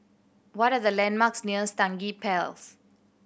what are the landmarks near Stangee